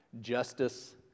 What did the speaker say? justice